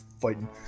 fighting